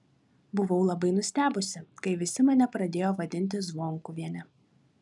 buvau labai nustebusi kai visi mane pradėjo vadinti zvonkuviene